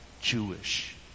Jewish